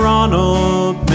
Ronald